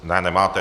Ne, nemáte.